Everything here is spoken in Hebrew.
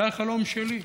זה החלום שלי,